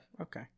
Okay